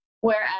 whereas